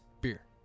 Beer